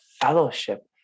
fellowship